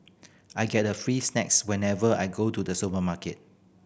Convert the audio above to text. I get a free snacks whenever I go to the supermarket